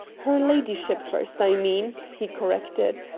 her ladyship first, i mean, he corrected.